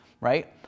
right